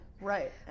right